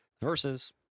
Verses